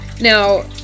Now